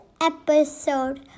episode